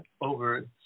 over